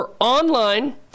online